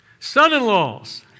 Son-in-laws